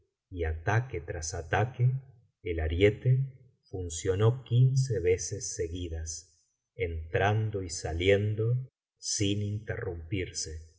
y ataque tras ataque el ariete funcionó quince veces seguidas entrando y saliendo sin interrumpirse